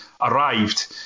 arrived